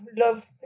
love